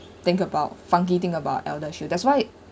think about funky thing about ElderShield that's why